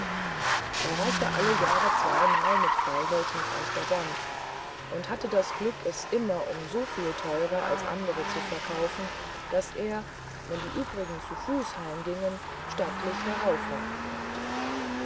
er reiste alle jahre zweimal mit bauholz nach amsterdam und hatte das glück es immer um so viel teurer als andere zu verkaufen daß er wenn die übrigen zu fuß heimgingen stattlich herauffahren konnte